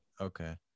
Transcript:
okay